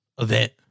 event